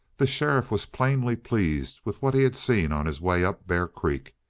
the sheriff was plainly pleased with what he had seen on his way up bear creek.